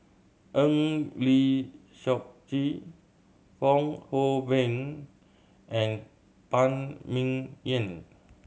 Eng Lee Seok Chee Fong Hoe Beng and Phan Ming Yen